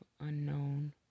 unknown